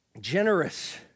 Generous